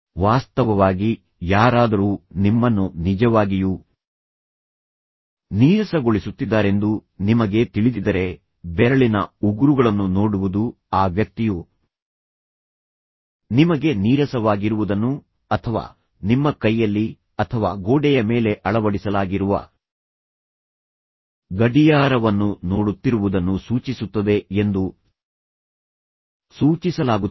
ವಾಸ್ತವವಾಗಿ ಯಾರಾದರೂ ನಿಮ್ಮನ್ನು ನಿಜವಾಗಿಯೂ ನೀರಸಗೊಳಿಸುತ್ತಿದ್ದಾರೆಂದು ನಿಮಗೆ ತಿಳಿದಿದ್ದರೆ ಬೆರಳಿನ ಉಗುರುಗಳನ್ನು ನೋಡುವುದು ಆ ವ್ಯಕ್ತಿಯು ನಿಮಗೆ ನೀರಸವಾಗಿರುವುದನ್ನು ಅಥವಾ ನಿಮ್ಮ ಕೈಯಲ್ಲಿ ಅಥವಾ ಗೋಡೆಯ ಮೇಲೆ ಅಳವಡಿಸಲಾಗಿರುವ ಗಡಿಯಾರವನ್ನು ನೋಡುತ್ತಿರುವುದನ್ನು ಸೂಚಿಸುತ್ತದೆ ಎಂದು ಸೂಚಿಸಲಾಗುತ್ತದೆ